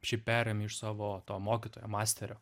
šiaip perimi iš savo to mokytojo masterio